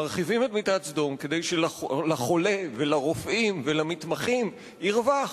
מרחיבים את מיטת סדום כדי שלחולה ולרופאים ולמתמחים ירווח,